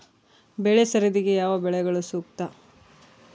ಬೆಳೆ ಸರದಿಗೆ ಯಾವ ಬೆಳೆಗಳು ಸೂಕ್ತ?